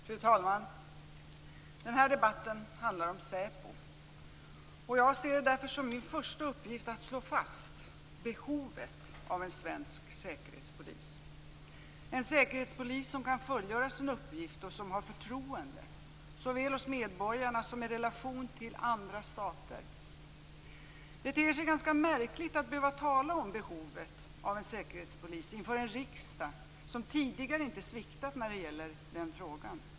Fru talman! Den här debatten handlar om SÄPO. Jag ser därför som min första uppgift att slå fast behovet av en svensk säkerhetspolis. En säkerhetspolis som kan fullgöra sin uppgift och har förtroende såväl hos medborgarna som i relation till andra stater. Det ter sig ganska märkligt att behöva tala om behovet av en säkerhetspolis inför en riksdag som tidigare inte sviktat när det gäller den frågan.